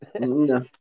No